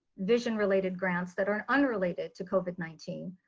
vision-related grants that are unrelated to covid nineteen,